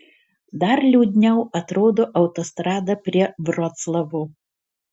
dar liūdniau atrodo autostrada prie vroclavo